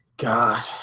God